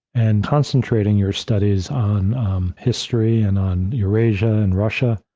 and concentrating your studies on history and on eurasia and russia,